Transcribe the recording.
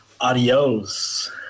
Adios